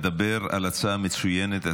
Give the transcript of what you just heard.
הוא מדבר על הצעה מצוינת,